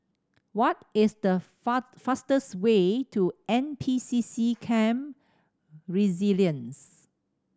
what is the fastest way to N P C C Camp Resilience